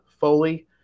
Foley